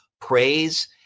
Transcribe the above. praise